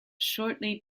shortly